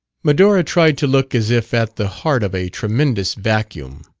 medora tried to look as if at the heart of a tremendous vacuum.